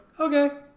Okay